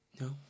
no